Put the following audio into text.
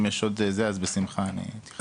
אם יש עוד אז בשמחה אתייחס.